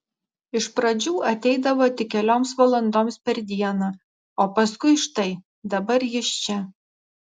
iš pradžių ateidavo tik kelioms valandoms per dieną o paskui štai dabar jis čia